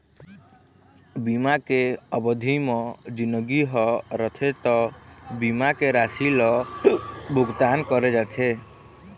बीमा के अबधि म जिनगी ह रथे त बीमा के राशि ल भुगतान करे जाथे